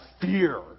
fear